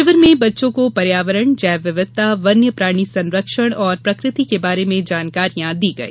शिविर में बच्चों को पर्यावरण जैव विविधता वन्य प्राणी संरक्षण और प्रकृति के बारे में जानकारियां दी गई